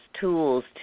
tools